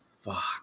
fuck